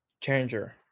changer